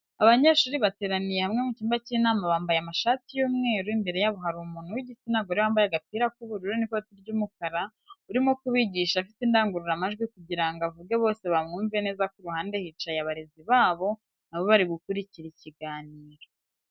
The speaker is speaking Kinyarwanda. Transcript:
Abanyeshuri bateraniye hamwe mu cyumba cy'inama bambaye amashati y'umweru imbere yabo hari umuntu w'igitsina gore wambaye agapira k'ubururu n'ikoti ry'umukara urimo kubigisha afite indangururamajwi kugirango avuge bose bamwumve neza ku ruhande hicaye abarezi babo nabo bari gukurikira ikiganiro.